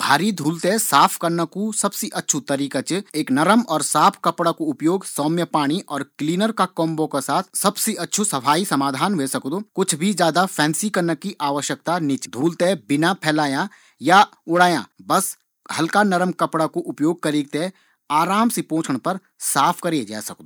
भारी धूल थें साफ करना कू सबसे अच्छू तरीका च एक नर्म कपड़ा कू उपयोग, सौम्य पाणी और क्लीनर का कॉम्बो का साथ सबसे अच्छू सफाई अभियान करै जौ । कुछ भी ज्यादा फैंसी करना की आवश्यकता नी च। धूल थें बिना फैलायां या उड़ायां हल्का नर्म कपड़ा से आराम से पोंछी थें साफ करै जै सकदु।